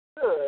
Good